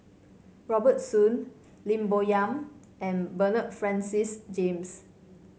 Robert Soon Lim Bo Yam and Bernard Francis James